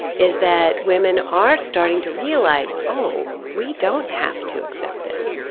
is that women are starting to realize, oh, we don't have to accept this.